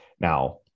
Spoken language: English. Now